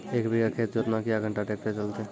एक बीघा खेत जोतना क्या घंटा ट्रैक्टर चलते?